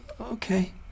okay